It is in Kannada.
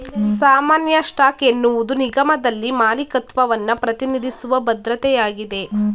ಸಾಮಾನ್ಯ ಸ್ಟಾಕ್ ಎನ್ನುವುದು ನಿಗಮದಲ್ಲಿ ಮಾಲೀಕತ್ವವನ್ನ ಪ್ರತಿನಿಧಿಸುವ ಭದ್ರತೆಯಾಗಿದೆ